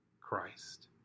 Christ